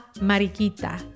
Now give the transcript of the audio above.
mariquita